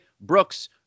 Brooks